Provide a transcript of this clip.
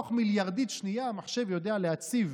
בתוך מיליארדית שנייה המחשב יודע להציב